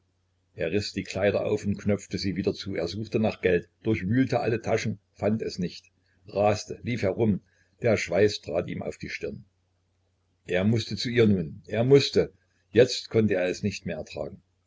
er riß die kleider auf und knöpfte sie wieder zu er suchte nach geld durchwühlte alle taschen fand es nicht raste lief herum der schweiß trat ihm auf die stirn er mußte zu ihr nun er mußte jetzt konnte er es nicht mehr ertragen